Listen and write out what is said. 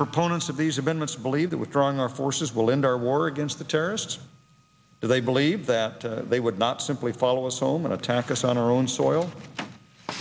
amendments believe that withdrawing our forces will end our war against the terrorists if they believe that they would not simply follow us home and attack us on our own soil